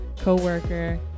co-worker